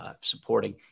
supporting